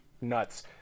nuts